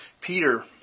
Peter